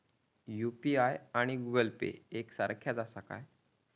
UPI आणि Google Pay एक सारख्याच आसा?